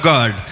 God